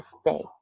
stay